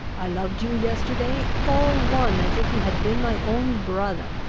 i loved you yesterday, all one as if you had been my own brother.